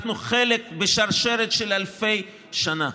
אנחנו חלק בשרשרת של אלפי שנה,